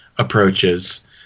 approaches